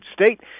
state